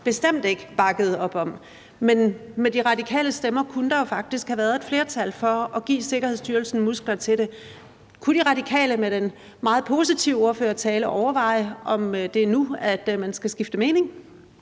bestemt ikke bakkede op om. Men med De Radikales stemmer kunne der jo faktisk have været et flertal for at give Sikkerhedsstyrelsen muskler til at håndtere det. Kunne De Radikale med den meget positive ordførertale overveje, om det er nu, at man skal skifte mening?